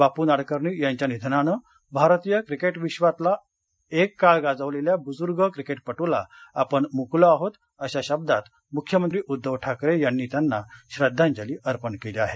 बापू नाडकर्णी यांच्या निधनानं भारतीय क्रिकेट विश्वातला एक काळ गाजवलेल्या बुजुर्ग क्रिकेटपटूला आपण मुकलो आहोत अशा शब्दात मुख्यमंत्री उद्दव ठाकरे यांनी त्यांना श्रद्वांजली अर्पण केली आहे